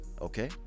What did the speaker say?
Okay